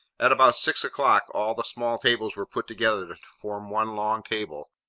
at about six o'clock, all the small tables were put together to form one long table,